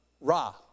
Ra